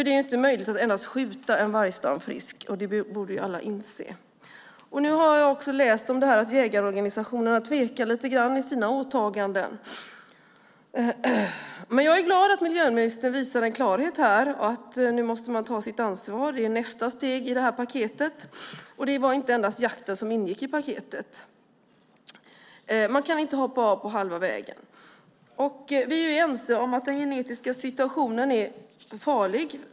Det är inte möjligt att endast skjuta en vargstam frisk. Det borde alla inse. Jag har läst att jägarorganisationerna tvekar lite grann i sina åtaganden, men jag är glad att miljöministern visar en klarhet här: Att man måste ta sitt ansvar är nästa steg i paketet. Det är inte endast jakten som ingick i paketet. Man kan inte hoppa av på halva vägen. Vi är ense om att den genetiska situationen är farlig.